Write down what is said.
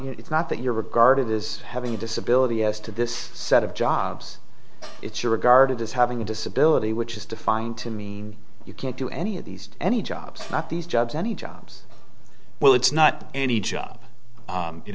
it's not that you're regarded as having a disability as to this set of jobs it's your regarded as having a disability which is defined to mean you can't do any of these any jobs not these jobs any jobs well it's not any job